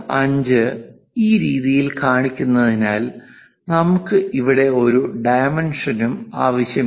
5 ഈ രീതിയിൽ കാണിക്കുന്നതിനാൽ നമുക്ക് ഇവിടെ ഒരു ഡൈമെൻഷനും ആവശ്യമില്ല